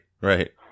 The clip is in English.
right